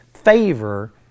favor